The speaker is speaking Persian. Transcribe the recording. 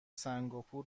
سنگاپور